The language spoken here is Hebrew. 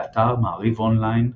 באתר מעריב אונליין,